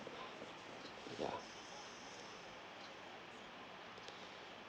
ya